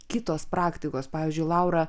kitos praktikos pavyzdžiui laura